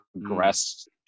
progressed